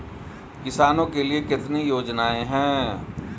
किसानों के लिए कितनी योजनाएं हैं?